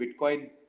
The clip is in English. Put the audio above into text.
Bitcoin